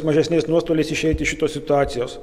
mažesniais nuostoliais išeit iš šitos situacijos